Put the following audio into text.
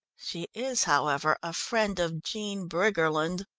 she is, however, a friend of jean briggerland.